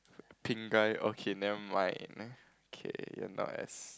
pin guy okay nevermind okay you're not as